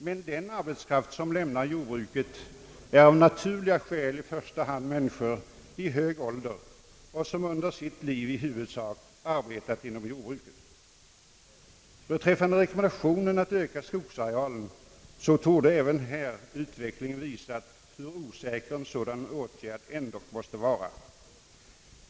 Men den arbetskraft som lämnar jordbruket är av naturliga skäl i första hand människor i hög ål der vilka under sitt liv i huvudsak arbetat inom jordbruket. Beträffande rekommendationen att öka skogsarealen torde även här utvecklingen ha visat, hur osäker en sådan åtgärd ändock måste vara.